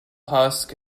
husk